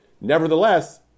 Nevertheless